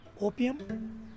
opium